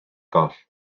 goll